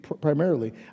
primarily